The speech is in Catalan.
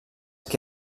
qui